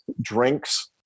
drinks